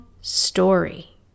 story